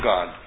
God